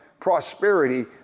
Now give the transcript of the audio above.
prosperity